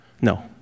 No